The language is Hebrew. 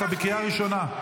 אתה בקריאה ראשונה.